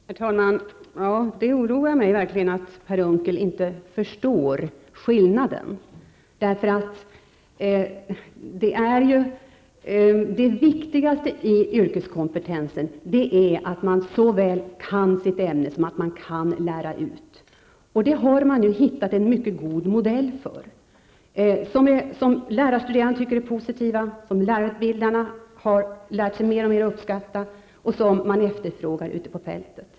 Herr talman! Det oroar mig verkligen att Per Unckel inte förstår skillnaden. Det viktigaste i yrkeskompetensen är att läraren kan såväl sitt ämne som att lära ut. Det har man nu hittat en mycket god modell för, som lärarstuderande är positiva till, som lärarutbildarna har lärt sig att uppskatta mer och mer och som efterfrågas ute på fältet.